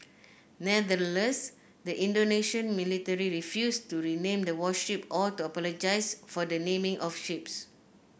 nevertheless the Indonesian military refused to rename the warships or to apologise for the naming of ships